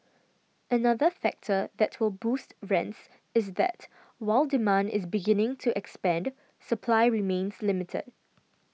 another factor that will boost rents is that while demand is beginning to expand supply remains limited